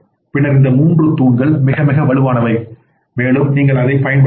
பின்னர் இந்த மூன்று தூண்கள் மிக மிக வலுவானவை மேலும் நீங்கள் அதை பலப்படுத்தலாம்